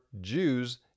Jews